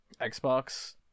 xbox